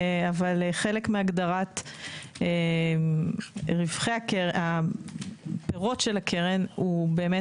אבל חלק מהגדרת רווחי הפירות של הקרן הוא באמת